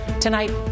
Tonight